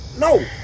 No